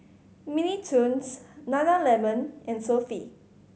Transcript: Mini Toons Nana Lemon and Sofy